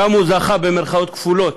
ושם הוא "זכה" במירכאות כפולות,